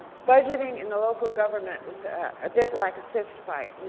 budgeting in the local government was a bit like a fistfight.